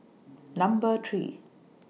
Number three